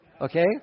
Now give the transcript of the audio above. okay